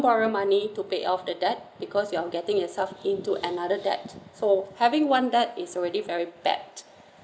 borrow money to pay off the debt because you're getting yourself into another debt so having one debt is already very bad